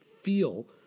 feel